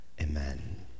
Amen